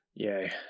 Yay